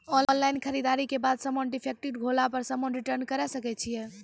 Online खरीददारी के बाद समान डिफेक्टिव होला पर समान रिटर्न्स करे सकय छियै?